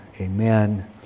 amen